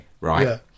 right